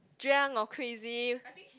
drunk or crazy